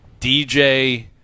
DJ